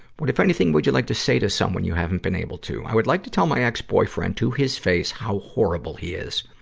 what, if anything, would you like to say to someone you haven't been able to? i would like to tell my ex-boyfriend, to his face, how horrible he is.